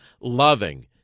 loving